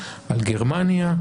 על גרמניה,